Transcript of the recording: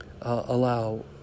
allow